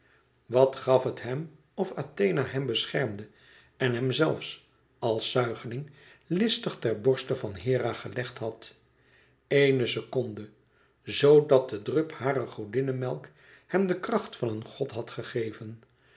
wat gaf het hem of athena hem beschermde en hem zelfs als zuigeling listig ter borste van hera gelegd had éene seconde zoo dat de drup harer godinnemelk hem de kracht van een god had gegeven